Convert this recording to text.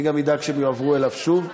אני גם אדאג שהם יועברו אליו שוב.